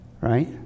Right